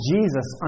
Jesus